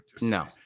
No